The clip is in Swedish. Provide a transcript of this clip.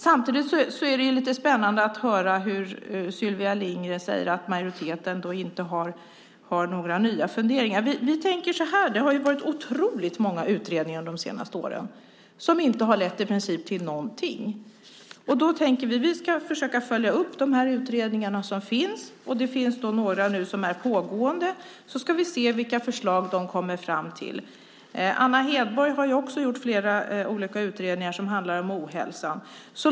Samtidigt är det lite konstigt att höra Sylvia Lindgren säga att majoriteten inte har några nya funderingar. Det har varit otroligt många utredningar under de senaste åren som i princip inte har lett till någonting. Vi tänker försöka följa upp de utredningar som finns. Det finns några som är pågående. Vi får se vilka förslag de kommer fram till. Anna Hedborg har också gjort flera olika utredningar som handlar om ohälsan.